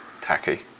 tacky